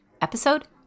episode